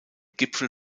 gipfel